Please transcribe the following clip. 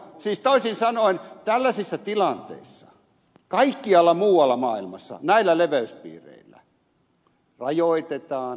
toisin sanoen tällaisissa tilanteissa kaikkialla muualla maailmassa näillä leveyspiireillä rajoitetaan kävijöitten määrää